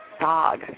dog